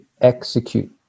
execute